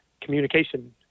communication